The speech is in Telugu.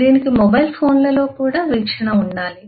దీనికి మొబైల్ ఫోన్లలో కూడా వీక్షణ ఉండాలి